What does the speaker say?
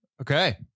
Okay